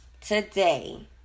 today